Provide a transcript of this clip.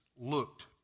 looked